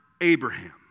Abraham